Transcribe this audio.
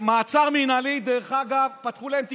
במעצר מינהלי, פתחו להן תיקים.